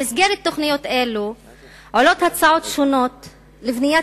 במסגרת תוכניות אלו עולות הצעות שונות לבניית